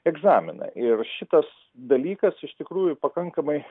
egzaminą ir šitas dalykas iš tikrųjų pakankamai